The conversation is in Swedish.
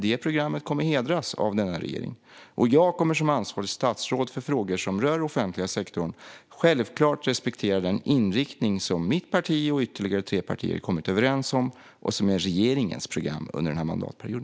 Detta program kommer att hedras av regeringen, och jag kommer som ansvarigt statsråd för frågor som rör den offentliga sektorn självfallet att respektera den inriktning som mitt parti och ytterligare tre partier har kommit överens om och som är regeringens program under denna mandatperiod.